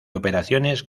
operaciones